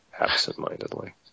absentmindedly